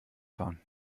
fahren